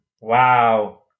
Wow